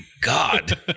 God